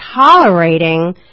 tolerating